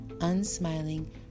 unsmiling